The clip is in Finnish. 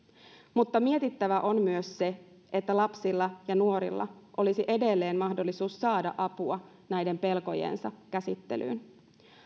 mutta mietittävä on myös se että lapsilla ja nuorilla olisi edelleen mahdollisuus saada apua näiden pelkojensa käsittelyyn